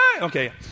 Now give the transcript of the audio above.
Okay